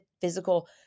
physical